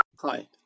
Hi